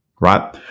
right